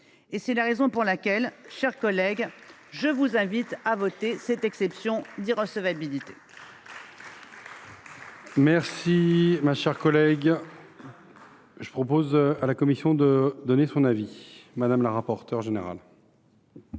! C’est la raison pour laquelle, mes chers collègues, je vous invite à voter cette exception d’irrecevabilité.